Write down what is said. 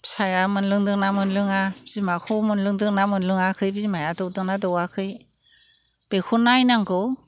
फिसाया मोनलोंदोंना मोनलोङा बिमाखौ मोनलोंदों ना मोनलोङाखै बिमाया दौदोंना दौवाखै बेखौ नायनांगौ